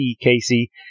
Casey